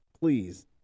please